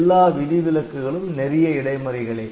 எல்லா விதிவிலக்குகளும் நெறிய இடைமறிகளே